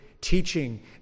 Teaching